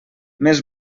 més